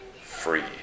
free